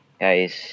guys